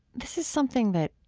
this is something that,